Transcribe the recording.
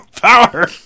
power